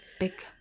Big